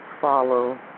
follow